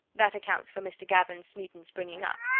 that accounts for mr. gavin smeaton's bringing-up.